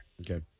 Okay